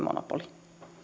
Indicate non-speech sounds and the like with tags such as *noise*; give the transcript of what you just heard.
*unintelligible* monopoli